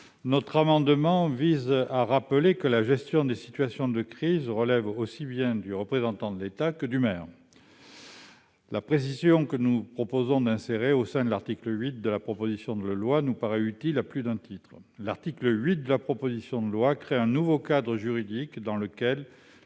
Cet amendement vise à rappeler que la gestion des situations de crise relève aussi bien du représentant de l'État que du maire. La précision que nous proposons d'insérer au sein de l'article 8 de la proposition de loi nous paraît utile à plus d'un titre. Cet article crée un nouveau cadre juridique dans lequel